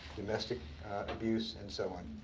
domestic abuse, and so on.